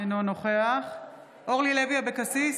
אינו נוכח אורלי לוי אבקסיס,